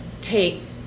take